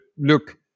look